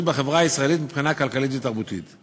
בחברה הישראלית מבחינה כלכלית ותרבותית.